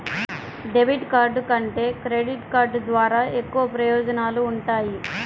debit card కంటే credit card ద్వారా ఎక్కువ ప్రయోజనాలు వుంటయ్యి